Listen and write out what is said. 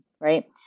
Right